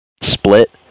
split